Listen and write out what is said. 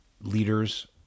leaders